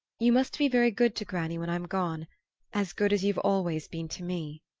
you must be very good to granny when i'm gone as good as you've always been to me.